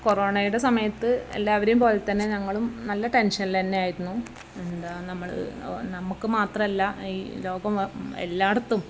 കൊറോണയുടെ സമയത്ത് എല്ലാവരെയും പോലെ തന്നെ ഞങ്ങളും നല്ല ടെൻഷനിൽത്തന്നെ ആയിരുന്നു എന്താ നമ്മൾ നമുക്ക് മാത്രമല്ല ഈ ലോകം എല്ലായിടത്തും